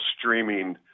streaming